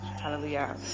Hallelujah